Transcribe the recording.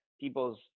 people's